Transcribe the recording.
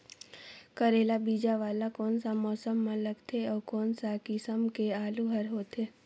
करेला बीजा वाला कोन सा मौसम म लगथे अउ कोन सा किसम के आलू हर होथे?